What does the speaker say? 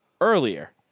earlier